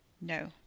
No